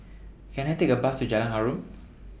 Can I Take A Bus to Jalan Harum